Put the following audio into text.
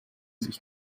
sich